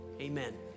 Amen